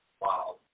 Wow